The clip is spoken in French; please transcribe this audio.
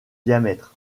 diamètre